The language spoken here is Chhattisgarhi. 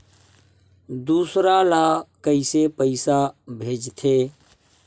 दूसरा ला कइसे पईसा भेजथे?